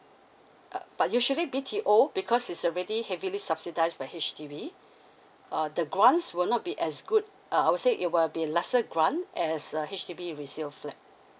uh but usually B_T_O because it's already heavily subsidize by H_D_B uh the grants will not be as good uh I would say it will be lesser grant as uh H_D_B resale flat